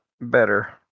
better